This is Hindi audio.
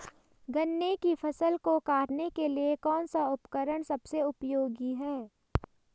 गन्ने की फसल को काटने के लिए कौन सा उपकरण सबसे उपयोगी है?